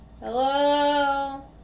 hello